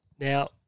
Now